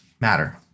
matter